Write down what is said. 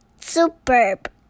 Superb